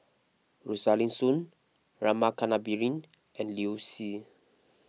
Rosaline Soon Rama Kannabiran and Liu Si